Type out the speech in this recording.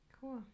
Cool